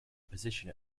position